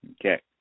Okay